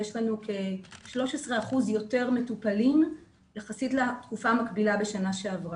יש לנו כ-13% יותר מטופלים יחסית לתקופה המקבילה בשנה שעברה,